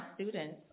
students